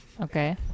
okay